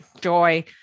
joy